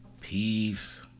peace